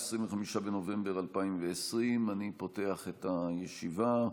25 בנובמבר 2020. אני פותח את הישיבה.